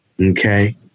okay